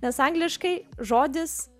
nes angliškai žodis